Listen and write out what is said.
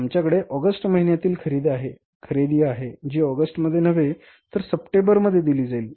आमच्याकडे ऑगस्ट महिन्यातील खरेदी आहे जी ऑगस्टमध्ये नव्हे तर सप्टेंबरमध्ये दिली जाईल